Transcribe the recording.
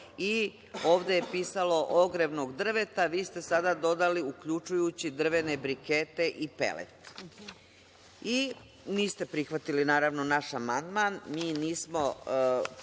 Ovde je pisalo ogrevnog drveta, a vi ste sada dodali – uključujući drvene brikete i pelet. Niste prihvatili, naravno, naš amandman. Mi nismo